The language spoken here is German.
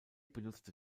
benutzte